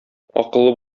акыллы